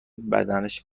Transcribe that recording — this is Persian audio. بدنش